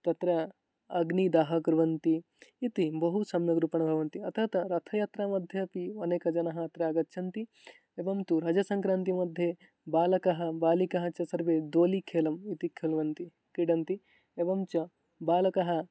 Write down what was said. तत्र अग्निदाहं कुर्वन्ति इति बहु सम्यक् रूपेण भवन्ति अतः रथयात्रामध्येऽपि अनेकजनाः अत्र आगच्छन्ति एवं तु रजसङ्क्रान्तिमध्ये बालकः बालिकाः च सर्वे धोलि खेलं इति खेलन्ति क्रिडन्ति एवं च बालकः